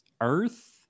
Earth